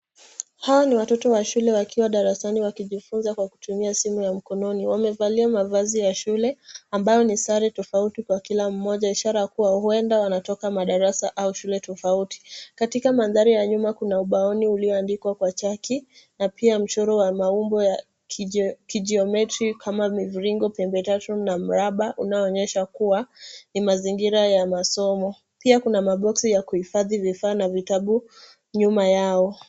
Hao ni watoto wa shule wakiwa darasani wakijifunza kwa kutumia simu ya mkononi wamevalia mavazi ya shule ambayo ni sare tofauti kwa kila mmoja ishara kuwa huenda wanatoka madarasa au shule tofauti katika mandhari ya nyuma kuna ubaoni ulioandikwa kwa chaki na pia mchoro wa maumbo ya kijiometric kama mviringo, pembe tatu na mraba unaoonyesha kuwa ni mazingira ya masomo, pia kuna maboksi ya kuhifadhi vifaa na vitabu nyuma yao.